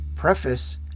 Preface